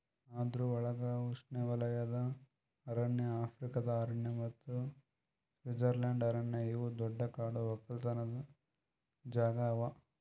ಅದುರ್ ಒಳಗ್ ಉಷ್ಣೆವಲಯದ ಅರಣ್ಯ, ಆಫ್ರಿಕಾದ ಅರಣ್ಯ ಮತ್ತ ಸ್ವಿಟ್ಜರ್ಲೆಂಡ್ ಅರಣ್ಯ ಇವು ದೊಡ್ಡ ಕಾಡು ಒಕ್ಕಲತನ ಜಾಗಾ ಅವಾ